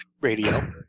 radio